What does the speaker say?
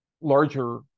larger